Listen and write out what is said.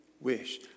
wish